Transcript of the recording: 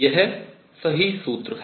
यह सही सूत्र है